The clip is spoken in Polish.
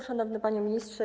Szanowny Panie Ministrze!